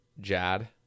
jad